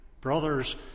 brothers